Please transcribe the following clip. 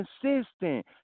consistent